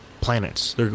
planets